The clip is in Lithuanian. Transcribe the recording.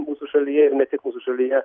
mūsų šalyje ir ne tik mūsų šalyje